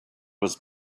was